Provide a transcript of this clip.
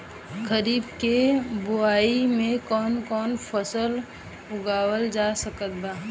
खरीब के बोआई मे कौन कौन फसल उगावाल जा सकत बा?